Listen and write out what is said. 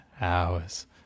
hours